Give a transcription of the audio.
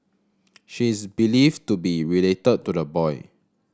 she is believed to be related to the boy